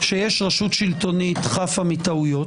שיש רשות שלטונית חפה מטעויות.